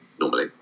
normally